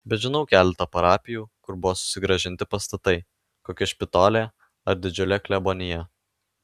bet žinau keletą parapijų kur buvo susigrąžinti pastatai kokia špitolė ar didžiulė klebonija